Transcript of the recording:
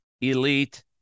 ELITE